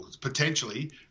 potentially